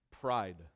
Pride